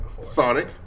Sonic